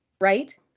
right